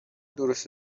درست